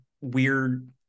weird